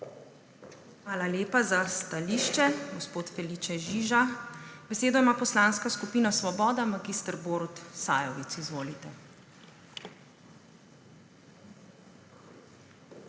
Hvala lepa za stališče, gospod Felice Žiža. Besedo ima Poslanska skupina Svoboda, mag. Borut Sajovic. Izvolite.